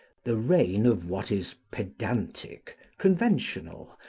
the reign of what is pedantic, conventional,